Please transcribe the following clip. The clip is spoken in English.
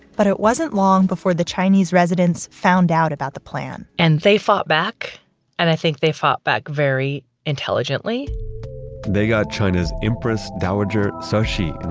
but it wasn't long before the chinese residents found out about the plan and they fought back and i think they fought back very intelligently they got china's empress dowager so cixi